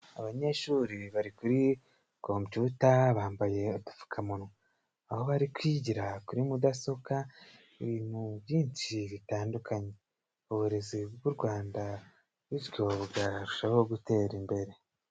Abanyeshuri bari kuri kompyuta bambaye udupfukamunwa, aho bari kwigira kuri mudasobwa ibintu byinshi bitandukanye. Uburezi bw'u Rwanda bityo bwarushaho gutera imbere.